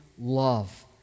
love